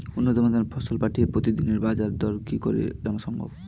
উন্নত মানের ফসল পাঠিয়ে প্রতিদিনের বাজার দর কি করে জানা সম্ভব?